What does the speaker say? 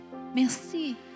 Merci